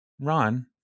Ron